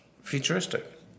futuristic